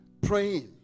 Praying